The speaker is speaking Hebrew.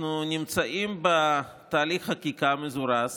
אנחנו נמצאים בתהליך חקיקה מזורז